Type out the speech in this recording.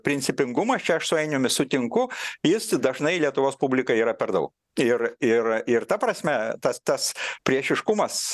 principingumas čia aš su ainiumi sutinku jis tai dažnai lietuvos publikai yra per daug ir ir ir ta prasme tas tas priešiškumas